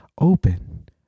Open